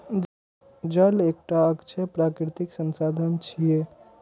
जल एकटा अक्षय प्राकृतिक संसाधन छियै